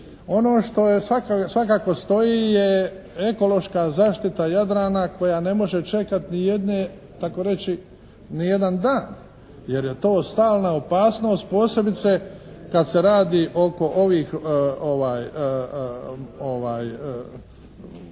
Ono što svakako stoji je ekološka zaštita Jadrana koja ne može čekati jedne, takoreći ni jedan dan, jer je to stalna opasnost posebice kad se radi oko ovih